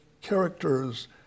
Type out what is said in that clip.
characters